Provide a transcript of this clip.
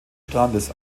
strandes